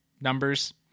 Numbers